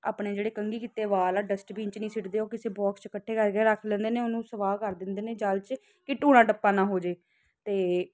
ਆਪਣੇ ਜਿਹੜੇ ਕੰਘੀ ਕੀਤੇ ਵਾਲ ਆ ਡਸਟਬਿਨ 'ਚ ਨਹੀਂ ਸਿੱਟਦੇ ਉਹ ਕਿਸੇ ਬੋਕਸ 'ਚ ਇਕੱਠੇ ਕਰਕੇ ਰੱਖ ਲੈਂਦੇ ਨੇ ਉਹਨੂੰ ਸਵਾਹ ਕਰ ਦਿੰਦੇ ਨੇ ਜਲ 'ਚ ਕਿ ਟੂਣਾ ਟੱਪਾ ਨਾ ਹੋ ਜਾਵੇ ਅਤੇ